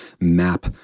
map